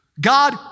God